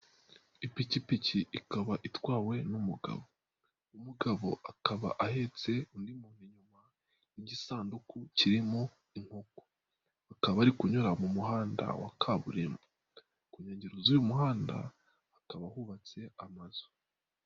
Ipikipiki ikaba itwawe n'umugabo, umugabo akaba ahetse undi muntu inyuma n'igisanduku kirimo inkoko, akaba bari kunyura mu muhanda wa kaburimbo, ku nkengero z'uwo muhanda hakaba hubatse amazu.